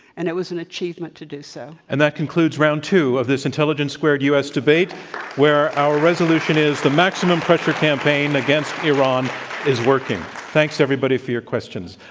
and it was an achievement to do so. and that concludes round two of this intelligence squared u. s. debate where our resolution is, the maximum pressure campaign against iran is working. thanks everybody for your question.